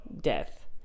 death